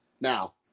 Now